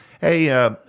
Hey